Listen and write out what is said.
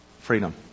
freedom